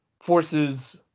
forces